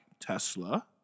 Tesla